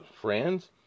Friends